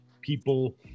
people